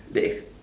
that's